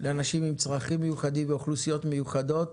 לאנשים עם צרכים מיוחדים ואוכלוסיות מיוחדות.